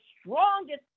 strongest